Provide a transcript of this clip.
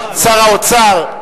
שר האוצר,